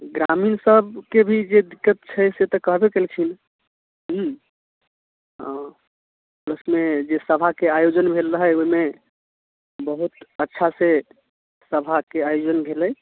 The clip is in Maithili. ग्रामीण सबके भी जे दिक्कत छै से तऽ कहबे कयलखिन हूँ अँ उसमे जे सभाके आयोजन भेल रहै ओहिमे बहुत अच्छा से सभाके आयोजन भेलै